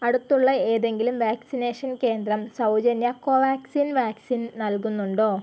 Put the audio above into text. അടുത്തുള്ള ഏതെങ്കിലും വാക്സിനേഷൻ കേന്ദ്രം സൗജന്യ കോവാക്സിൻ വാക്സിൻ നൽകുന്നുണ്ടോ